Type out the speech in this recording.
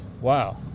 wow